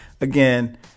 again